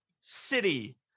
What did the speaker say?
city